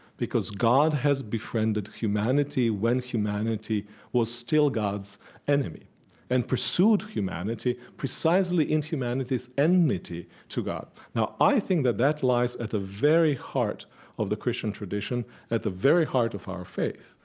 because god has befriended humanity when humanity was still god's enemy and pursued humanity precisely in humanity's enmity to god. now, i think that that lies at the very heart of the christian tradition, at the very heart of our faith,